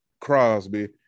Crosby